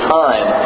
time